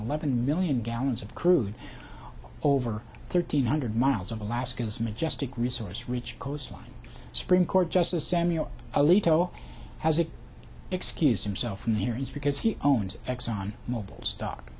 eleven million gallons of crude over thirteen hundred miles of alaska's majestic resource rich coastline supreme court justice samuel alito has it excused himself from here is because he owns exxon mobil's stock